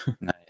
Nice